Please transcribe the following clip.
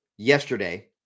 Yesterday